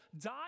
die